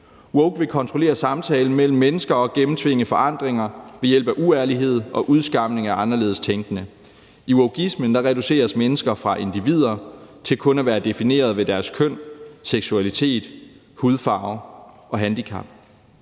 Woke vil kontrollere samtalen mellem mennesker og gennemtvinge forandringer ved hjælp af uærlighed og udskamning af anderledes tænkende. I wokeismen reduceres mennesker fra individer til kun at være defineret ved deres køn, seksualitet, hudfarve og handicap.